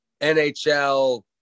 NHL